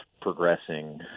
progressing